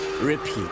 repeat